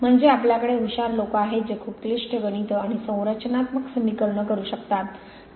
म्हणजे आपल्याकडे हुशार लोक आहेत जे खूप क्लिष्ट गणित आणि संरचनात्मक समीकरणे करू शकतात